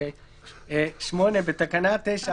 הצפייה באירוע תתקיים בישיבה או בעמידה בסמוך